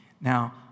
Now